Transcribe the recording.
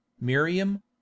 MIRIAM